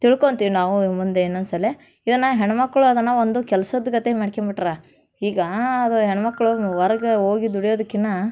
ತಿಳ್ಕೊಂತೀವಿ ನಾವು ಮುಂದೆ ಇನ್ನೊಂದು ಸಲ ಇದನ್ನು ಹೆಣ್ಣುಮಕ್ಳು ಅದನ್ನು ಒಂದು ಕೆಲ್ಸದ ಗತೆ ಮಾಡ್ಕಂಬಿಟ್ರ ಈಗ ಅದು ಹೆಣ್ಮಕ್ಳೂ ವರ್ಗ ಹೋಗಿ ದುಡಿಯೋದಕ್ಕಿಂತ